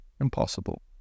impossible